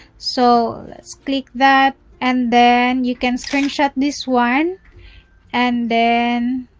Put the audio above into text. so, let's click that and then, you can screenshot this one and then,